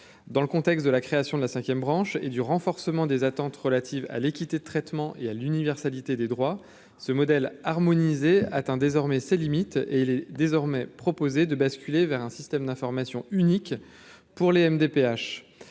dans le contexte de la création de la 5ème, branche et du renforcement des attentes relatives à l'équité de traitement et à l'universalité des droits, ce modèle harmoniser atteint désormais ses limites et il est désormais proposé de basculer vers un système d'information unique pour Les MDPH